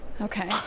okay